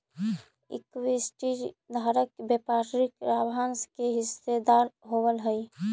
equity धारक व्यापारिक लाभांश के हिस्सेदार होवऽ हइ